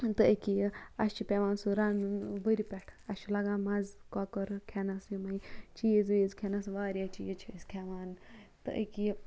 تہٕ أکیٛاہ یہِ اَسہِ چھِ پٮ۪وان سُہ رَنُن وٕرِ پٮ۪ٹھ اَسہِ چھُ لَگان مَزٕ کۄکُر کھٮ۪نَس یِمَے چیٖز ویٖز کھٮ۪نَس واریاہ چیٖز چھِ أسۍ کھٮ۪وان تہٕ أکیٛاہ یہِ